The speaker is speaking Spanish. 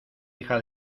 hija